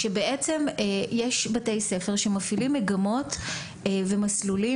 שבעצם יש בתי ספר שמפעילים מגמות ומסלולים